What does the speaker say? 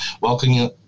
welcoming